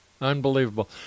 Unbelievable